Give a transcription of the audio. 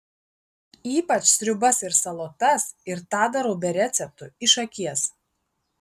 ypač sriubas ir salotas ir tą darau be receptų iš akies